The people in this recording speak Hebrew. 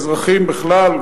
אזרחים בכלל,